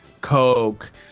coke